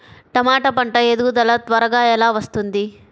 టమాట పంట ఎదుగుదల త్వరగా ఎలా వస్తుంది?